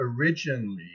originally